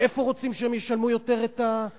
מאיפה רוצים שהם ישלמו את ההיטלים האלה?